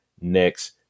next